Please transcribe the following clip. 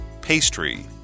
Pastry